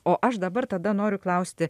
o aš dabar tada noriu klausti